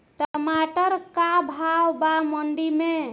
टमाटर का भाव बा मंडी मे?